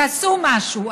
תעשו משהו,